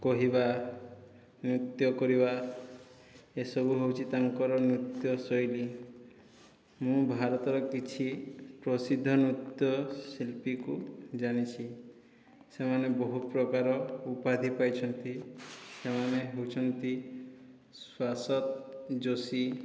କହିବା ନୃତ୍ୟ କରିବା ଏସବୁ ହେଉଛି ତାଙ୍କର ନୃତ୍ୟ ଶୈଳୀ ମୁଁ ଭାରତର କିଛି ପ୍ରସିଦ୍ଧ ନୃତ୍ୟ ଶିଳ୍ପିଙ୍କୁ ଜାଣିଛି ସେମାନେ ବହୁତ ପ୍ରକାର ଉପାଧି ପାଇଛନ୍ତି ସେମାନେ ହେଉଛନ୍ତି ଶାଶ୍ୱତ ଜୋଶୀ